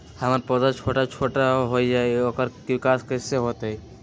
हमर पौधा छोटा छोटा होईया ओकर विकास कईसे होतई?